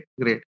great